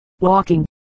Walking